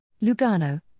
Lugano